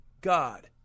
God